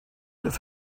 have